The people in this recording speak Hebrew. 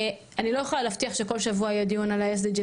אני לא יכולה להבטיח שכל שבוע יהיה דיון על ה-SDG,